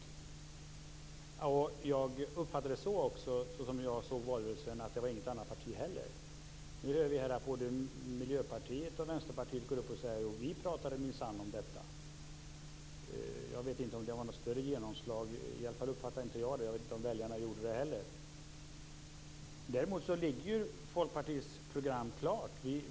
Så som jag uppfattade valrörelsen var det inget annat parti heller som pratade om detta. Nu hör vi här att både Miljöpartiet och Vänsterpartiet säger: Jo, vi pratade minsann om detta. Jag vet inte om det fick något större genomslag. Jag uppfattade i alla fall inte det, och jag vet inte om väljarna gjorde det heller. Däremot ligger Folkpartiets program klart.